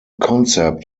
concept